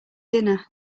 dinner